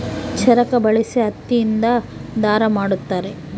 ಚರಕ ಬಳಸಿ ಹತ್ತಿ ಇಂದ ದಾರ ಮಾಡುತ್ತಾರೆ